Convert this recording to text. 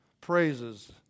praises